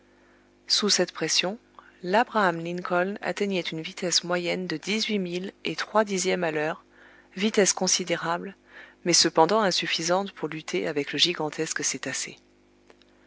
sous cette pression labraham lincoln atteignait une vitesse moyenne de dix-huit milles et trois dixièmes à l'heure vitesse considérable mais cependant insuffisante pour lutter avec le gigantesque cétacé